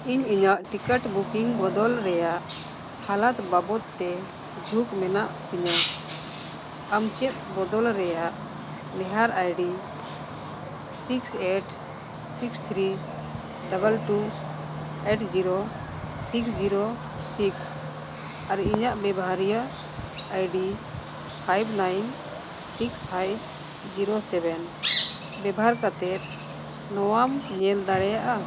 ᱤᱧ ᱤᱧᱟᱹᱜ ticket booking ᱵᱚᱫᱚᱞ ᱨᱮᱱᱟᱜ ᱦᱟᱞᱚᱛ ᱵᱟᱵᱚᱫᱽ ᱛᱮ ᱡᱷᱩᱸᱠ ᱢᱮᱱᱟᱜ ᱛᱤᱧᱟ ᱟᱢ ᱪᱮᱫ ᱵᱚᱫᱚᱞ ᱨᱮᱭᱟᱜ ᱱᱮᱦᱚᱨ ID six eight six three double two eight zero six zero six ᱟᱨ ᱤᱧᱟᱹᱜ ᱵᱮᱵᱷᱟᱨᱤᱭᱚ ID five nine six five zero seven ᱵᱮᱵᱷᱟᱨ ᱠᱟᱛᱮᱫ ᱱᱚᱣᱟᱢ ᱧᱮᱞ ᱫᱟᱲᱮᱭᱟᱜᱼᱟ